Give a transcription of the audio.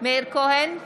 מאיר כהן,